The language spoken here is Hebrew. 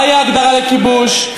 מהי ההגדרה לכיבוש.